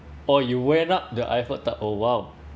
or you went up the eiffel tow~ oh !wow!